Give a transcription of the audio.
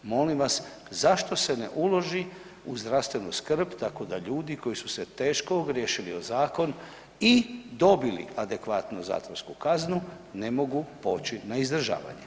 Molim vas zašto se ne uloži u zdravstvenu skrb tako da ljudi koji su se teško ogriješili o zakon i dobili adekvatnu zatvorsku kaznu ne mogu poći na izdržavanje?